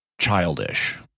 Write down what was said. childish